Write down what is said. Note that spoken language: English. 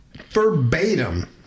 verbatim